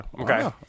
Okay